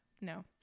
no